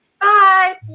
Bye